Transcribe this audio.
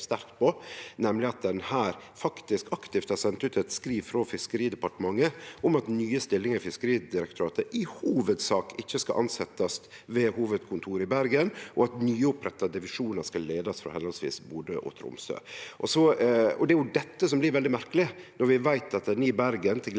nemleg at ein her faktisk aktivt har sendt ut eit skriv frå Fiskeridepartementet om at nye stillingar i Fiskeridirektoratet i hovudsak ikkje skal tilsetjast ved hovudkontoret i Bergen, og at nyoppretta divisjonar skal leiast frå Bodø og Tromsø. Det er dette som blir veldig merkeleg, når vi veit at ein i Bergen – til glede